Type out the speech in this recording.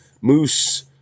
moose